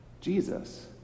Jesus